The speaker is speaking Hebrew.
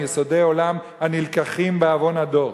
יסודי עולם הנלקחים בעוון הדור.